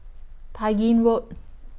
Tai Gin Road